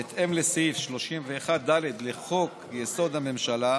בהתאם לסעיף 31(ד) לחוק-יסוד: הממשלה,